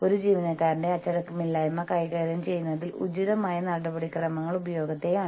ഈ തന്ത്രത്തിന് തിരിച്ചടിയാകാനുള്ള സാധ്യത വളരെ കൂടുതലാണ്